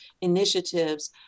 initiatives